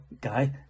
guy